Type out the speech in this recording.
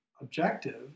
objective